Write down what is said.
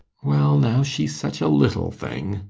well now, she's such a little thing,